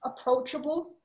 approachable